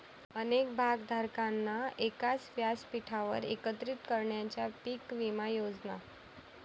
अनेक भागधारकांना एकाच व्यासपीठावर एकत्रित करणाऱ्या पीक विमा योजना